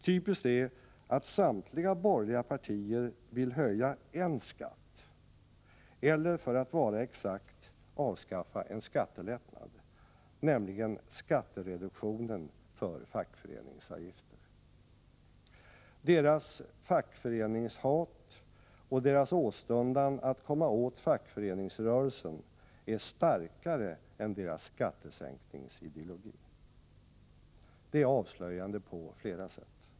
Typiskt är att samtliga borgerliga partier vill höja en skatt, eller för att vara exakt avskaffa en skattelättnad, nämligen skattereduktionen för fackföreningsavgifter! Deras fackföreningshat och deras åstundan att komma åt fackföreningsrörelsen är starkare än deras skattesänkningsideologi. Det är avslöjande på flera sätt.